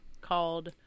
called